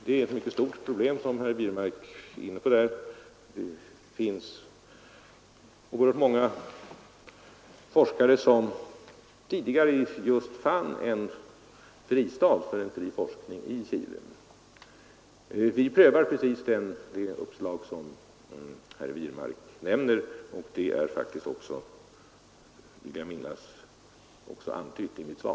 Det är ett mycket stort problem som herr Wirmark där är inne på. Tidigare fann många forskare en fristad för fri forskning i Chile. Vi prövar precis det uppslag som herr Wirmark nämner, och det är faktiskt också, vill jag minnas, antytt i mitt svar.